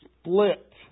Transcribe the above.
split